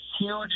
huge